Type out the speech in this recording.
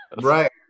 right